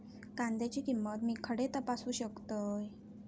कांद्याची किंमत मी खडे तपासू शकतय?